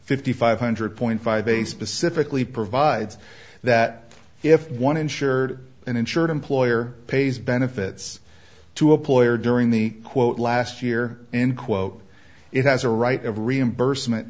fifty five hundred point five a specifically provides that if one insured and insured employer pays benefits to a ploy or during the quote last year and quote it has a right of reimbursement